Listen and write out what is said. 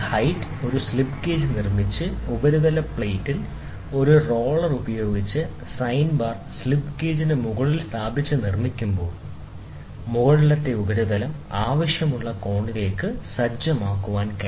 ഉയരം h ന്റെ ഒരു സ്ലിപ്പ് ഗേജ് നിർമ്മിച്ച് ഉപരിതല പ്ലേറ്റിൽ ഒരു റോളർ ഉപയോഗിച്ച് സൈൻ ബാർ സ്ലിപ്പ് ഗേജിന് മുകളിൽ സ്ഥാപിച്ച് നിർമ്മിക്കുമ്പോൾ മുകളിലെ ഉപരിതലം ആവശ്യമുള്ള കോണിലേക്ക് സജ്ജമാക്കാൻ കഴിയും